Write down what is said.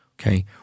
Okay